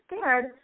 scared